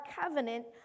covenant